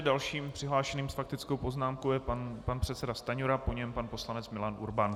Dalším přihlášeným s faktickou poznámkou je pan předseda Stanjura, po něm pan poslanec Milan Urban.